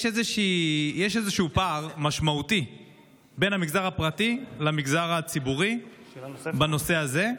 יש איזשהו פער משמעותי בין המגזר הפרטי למגזר הציבורי בנושא זה.